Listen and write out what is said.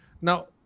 Now